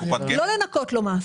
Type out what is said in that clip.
לא לנכות לו מס.